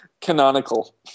canonical